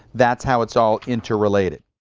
that's how it's all interrelated.